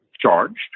charged